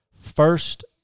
first